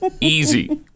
Easy